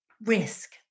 risk